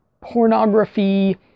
pornography